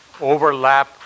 overlap